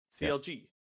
CLG